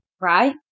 right